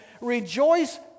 rejoice